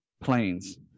planes